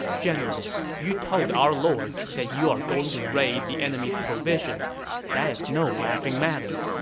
general, you told our lord that you are going to raid the enemy's provisions that is no laughing matter.